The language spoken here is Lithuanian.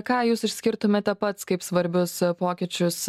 ką jūs išskirtumėte pats kaip svarbius pokyčius